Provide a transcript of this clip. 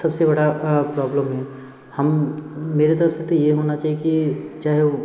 सबसे बड़ा प्रॉब्लम है हम मेरे तरफ से तो यह होना चाहिए कि चाहे